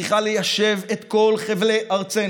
היא צריכה ליישב את כל חבלי ארצנו,